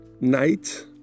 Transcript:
night